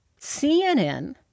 CNN